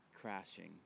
crashing